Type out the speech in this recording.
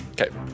Okay